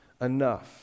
enough